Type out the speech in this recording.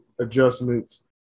adjustments